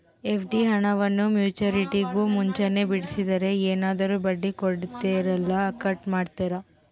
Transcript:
FD ಹಣವನ್ನು ಮೆಚ್ಯೂರಿಟಿಗೂ ಮುಂಚೆನೇ ಬಿಡಿಸಿದರೆ ಏನಾದರೂ ಬಡ್ಡಿ ಕೊಡೋದರಲ್ಲಿ ಕಟ್ ಮಾಡ್ತೇರಾ?